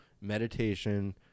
meditation